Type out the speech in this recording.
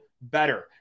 better